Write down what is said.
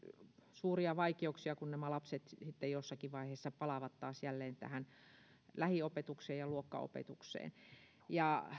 suuria vaikeuksia kun nämä lapset jossakin vaiheessa palaavat taas jälleen tähän lähiopetukseen ja luokkaopetukseen ja